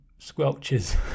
squelches